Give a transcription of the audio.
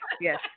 yes